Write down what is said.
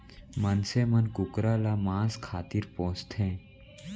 मनसे मन कुकरा ल मांस खातिर पोसथें